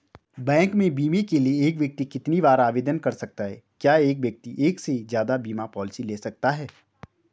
Bank में बीमे के लिए एक व्यक्ति कितनी बार आवेदन कर सकता है क्या एक व्यक्ति एक से ज़्यादा बीमा पॉलिसी ले सकता है?